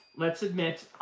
let's admit,